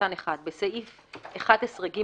(1)בסעיף 11ג,